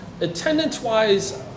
Attendance-wise